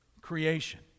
creation